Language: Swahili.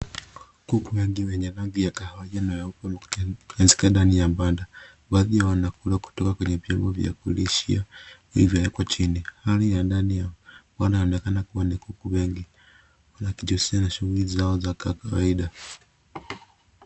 Kuku wengi wenye rangi ya kahawia wanapumzika ndani ya banda. Baadhi yao wanakula kutoka kwenye vyombo vya kulishia viliyowekwa chini. Hali ya ndani ya banda inaonekana kuwa ni kuku wengi wakijihusisha na shughuli zao za kawaida.